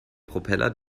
propeller